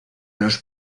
los